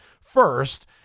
first